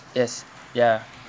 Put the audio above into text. yes ya